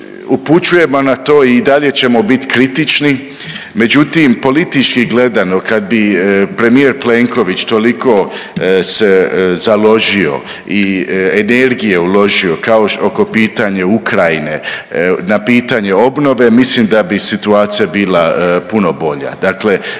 upućujemo na to i dalje ćemo bit kritični, međutim politički gledano kad bi premijer Plenković toliko se založio i energije uložio kao oko pitanje Ukrajine, na pitanje obnove mislim da bi situacija bila puno bolja.